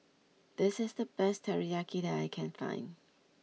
this is the best Teriyaki that I can find